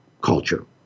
culture